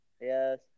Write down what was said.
Yes